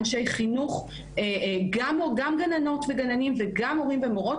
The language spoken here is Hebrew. אנשי חינוך גם גננות וגננים וגם מורים ומורות,